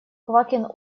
квакин